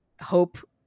hope